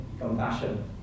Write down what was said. compassion